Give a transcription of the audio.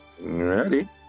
Ready